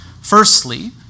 Firstly